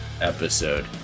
episode